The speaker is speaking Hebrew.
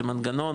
זה מנגנון,